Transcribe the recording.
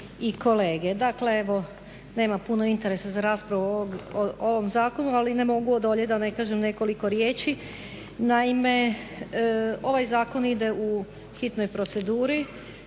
i kolege. Dakle evo nema puno interesa za raspravu o ovom zakonu, ali ne mogu odoljet da ne kažem nekoliko riječi. Naime, ovaj zakon ide u hitnoj proceduri